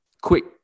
quick